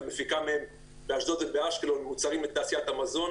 ומפיקה מהם באשדוד ובאשקלון מוצרים לתעשיית המזון.